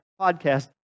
podcast